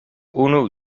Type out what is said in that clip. unu